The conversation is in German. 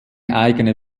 eigene